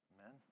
Amen